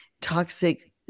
toxic